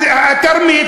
התרמית,